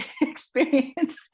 experience